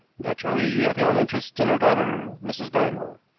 naturally, i feel an interest in her daughter, mrs. barrymore,